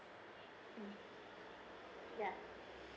ya